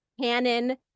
canon